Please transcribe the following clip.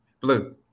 Blue